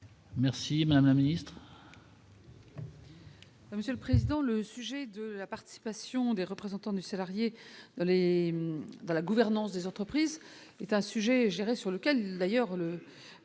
Merci madame la ministre.